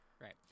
right